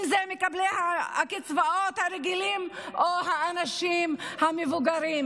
אם זה מקבלי הקצבאות הרגילים או האנשים המבוגרים.